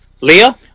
Leah